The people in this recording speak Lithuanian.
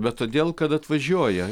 bet todėl kad atvažiuoja